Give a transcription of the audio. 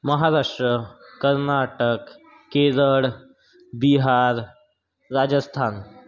Maharashtra Karnataka Kerala Bihar Rajasthan